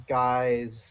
guys